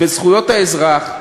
בזכויות האזרח,